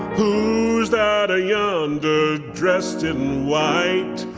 who's that ah yonder dressed in white,